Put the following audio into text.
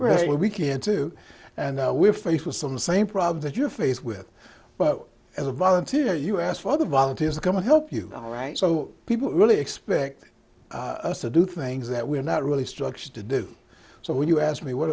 the rest we can't do and we're faced with some same problems that you're faced with but as a volunteer you asked for the volunteers to come and help you all right so people really expect us to do things that we're not really structured to do so when you ask me what